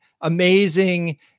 amazing